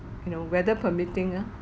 you know weather permitting ah